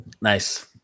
Nice